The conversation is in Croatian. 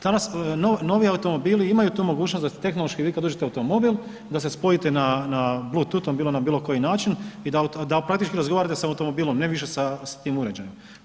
Danas novi automobili imaju tu mogućnost da tehnološki vi kad uđete u automobil da se spojite na bluetoothom bilo na bilo koji način i praktički da razgovarate sa automobilom, ne više sa tim uređajem.